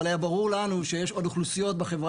אבל היה ברור לנו שיש עוד אוכלוסיות בחברה